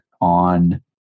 on